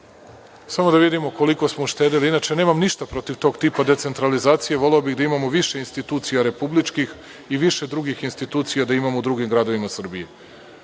Samo da vidimo koliko smo uštedeli, inače nemam ništa protiv tog tipa decentralizacije. Voleo bih da imamo više institucija republičkih i više drugih institucija da imamo u drugim gradovima Srbije,